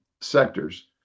sectors